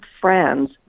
friends